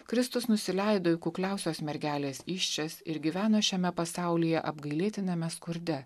kristus nusileido į kukliausios mergelės įsčias ir gyveno šiame pasaulyje apgailėtiname skurde